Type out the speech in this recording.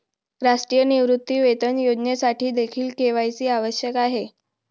राष्ट्रीय निवृत्तीवेतन योजनेसाठीदेखील के.वाय.सी आवश्यक आहे